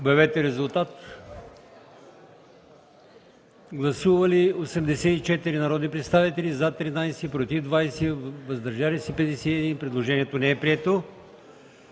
от комисията. Гласували 84 народни представители: за 13, против 20, въздържали се 51. Предложението не е прието.